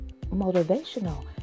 motivational